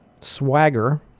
Swagger